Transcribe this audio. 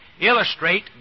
illustrate